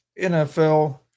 NFL